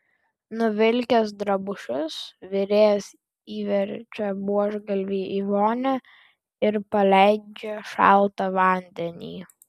nuvilkęs drabužius virėjas įverčia buožgalvį į vonią ir paleidžia šaltą vandenį